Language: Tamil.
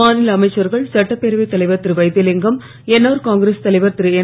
மாநில அமைச்சர்கள் சட்டப்பேரவைத் தலைவர் திருவைத்திலிங்கம் என்ஆர் காங்கிரஸ் தலைவர் திருஎன்